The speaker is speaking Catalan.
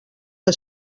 que